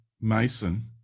Mason